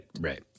Right